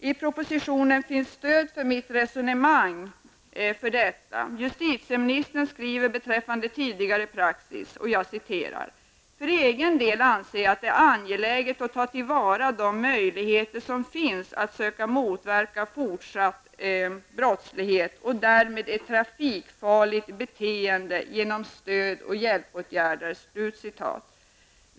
I propositionen finns stöd för mitt resonemang. Justitieministern skriver beträffande tidigare praxis: ''För egen del anser jag att det är angeläget att ta till vara på de möjligheter som finns att söka motverka fortsatt brottslighet och därmed ett trafikfarligt beteende genom behandling och andra former av stöd och hjälpåtgärder.''